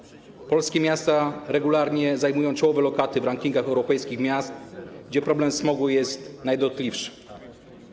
Polskie miasta regularnie zajmują czołowe lokaty w rankingach europejskich miast, gdzie problem smogu jest najdotkliwszy.